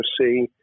see